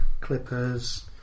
Clippers